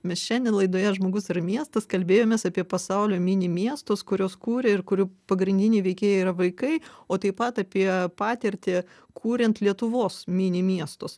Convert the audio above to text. mes šiandien laidoje žmogus ir miestas kalbėjomės apie pasaulio mini miestus kuriuos kūrė ir kurių pagrindiniai veikėjai yra vaikai o taip pat apie patirtį kuriant lietuvos mini miestus